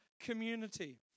community